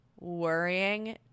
worrying